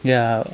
ya